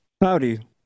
Howdy